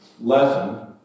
lesson